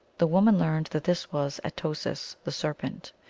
the woman learned that this was at-o-sis, the ser pent,